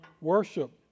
worship